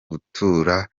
gutura